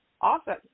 Awesome